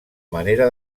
manera